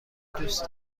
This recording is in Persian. دوست